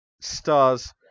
stars